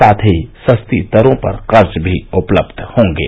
साथ ही सस्ती दरों पर कर्ज भी उपलब्ध होंगे